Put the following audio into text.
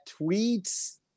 tweets